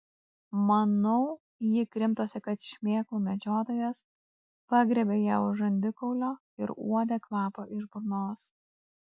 manau ji krimtosi kad šmėklų medžiotojas pagriebė ją už žandikaulio ir uodė kvapą iš burnos